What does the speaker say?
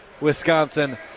Wisconsin